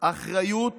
אחריות